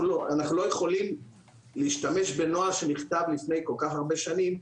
אנחנו לא יכולים להשתמש בנוהל שנכתב לפני כל כך הרבה שנים,